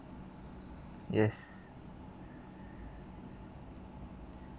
yes